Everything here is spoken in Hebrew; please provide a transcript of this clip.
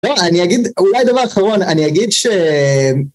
לא, אני אגיד, אולי דבר אחרון, אני אגיד ש...